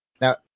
now